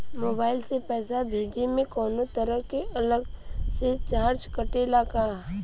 Mobile से पैसा भेजे मे कौनों तरह के अलग से चार्ज कटेला का?